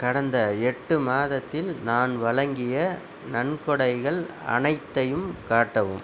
கடந்த எட்டு மாதத்தில் நான் வழங்கிய நன்கொடைகள் அனைத்தையும் காட்டவும்